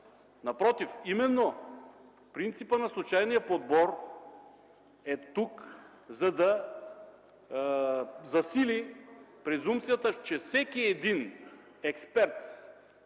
Напротив – именно принципът на случайния подбор е тук, за да засили презумпцията, че всеки експерт,